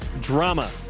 Drama